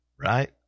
right